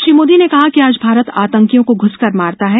श्री मोदी ने कहा कि आज भारत आतंकियों को घुस कर मारता है